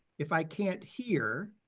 if i can't hear.